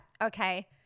okay